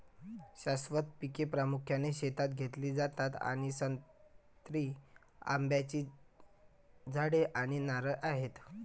शाश्वत पिके प्रामुख्याने शेतात घेतली जातात आणि संत्री, आंब्याची झाडे आणि नारळ आहेत